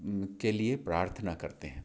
के लिए प्रार्थना करते हैं